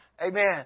Amen